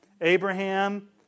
Abraham